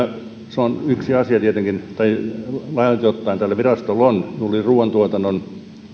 se on tärkeää ja laajalti ottaen tällä virastolla on juuri ruuantuotannon